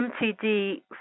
MTD